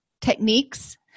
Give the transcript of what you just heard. techniques